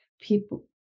people